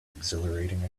exhilarating